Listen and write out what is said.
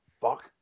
fuck